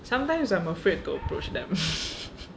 sometimes I'm afraid to approach them